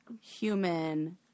human